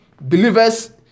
believers